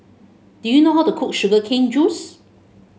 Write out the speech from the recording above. do you know how to cook Sugar Cane Juice